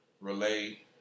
relay